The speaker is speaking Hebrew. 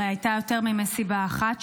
הרי הייתה יותר ממסיבה אחת,